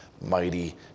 mighty